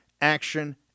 action